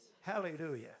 Hallelujah